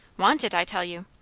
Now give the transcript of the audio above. want it, i tell you!